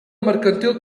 mercantil